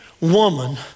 woman